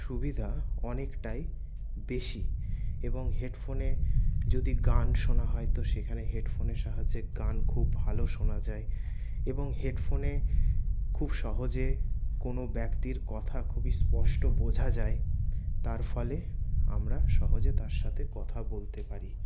সুবিধা অনেকটাই বেশি এবং হেডফোনে যদি গান শোনা হয় তো সেখানে হেডফোনের সাহায্যে গান খুব ভালো শোনা যায় এবং হেডফোনে খুব সহজে কোন ব্যক্তির কথা খুবই স্পষ্ট বোঝা যায় তার ফলে আমরা সহজে তার সাথে কথা বলতে পারি